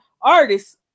artists